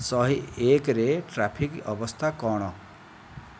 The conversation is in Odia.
ଶହେ ଏକରେ ଟ୍ରାଫିକ୍ ଅବସ୍ଥା କ'ଣ